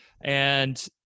And-